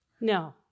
No